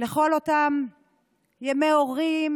לכל אותם ימי הורים,